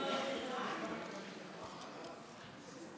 הכבוד.